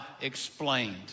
explained